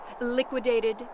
Liquidated